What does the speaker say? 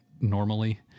normally